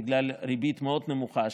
בגלל ריבית מאוד נמוכה,